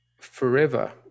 forever